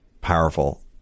powerful